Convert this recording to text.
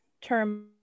term